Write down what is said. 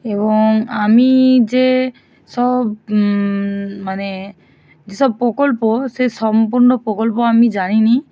এবং আমি যে সব মানে যে সব প্রকল্প সে সম্পূর্ণ প্রকল্প আমি জানি না